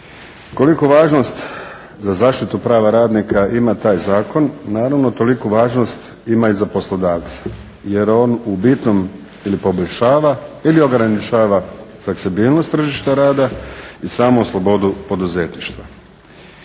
Koliku važnost za zaštitu pravu radnika ima taj Zakon naravno toliku važnost ima i za poslodavce. Jer on u bitnom ili poboljšava ili ograničava fleksibilnost tržišta rada i samu slobodu poduzetništva.